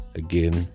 again